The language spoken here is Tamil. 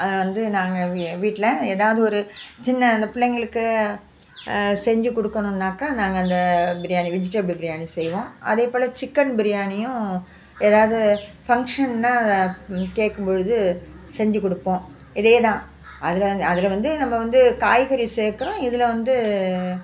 அது வந்து நாங்கள் வந்து வீட்டில் எதாவது ஒரு சின்ன அந்த பிள்ளைங்களுக்கு செஞ்சு கொடுக்கணுனாக்கா நாங்கள் அந்த பிரியாணி வெஜிடபிள் பிரியாணி செய்வோம் அதேபோல் சிக்கன் பிரியாணியும் எதாவது ஃபங்க்ஷன்னால் கேட்கும்பொழுது செஞ்சு கொடுப்போம் இதேதான் அதில் அதில் வந்து நம்ம வந்து காய்கறி சேர்க்குறோம் இதில் வந்து